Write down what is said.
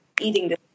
eating